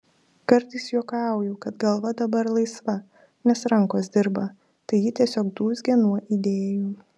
kartais juokauju kad galva dabar laisva nes rankos dirba tai ji tiesiog dūzgia nuo idėjų